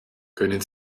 können